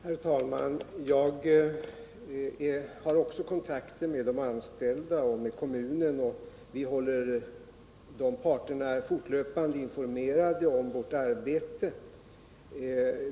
Herr talman! Jag har också kontakter med de anställda och med kommunen, och vi håller de parterna fortlöpande informerade om vårt arbete.